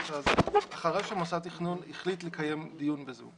אחרי שמוסד תכנון החליט לקיים דיון ב"זום"